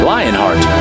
Lionheart